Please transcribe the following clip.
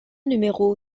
numéro